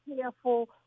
careful